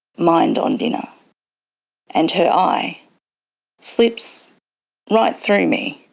mind on dinner and her eye slips right through me.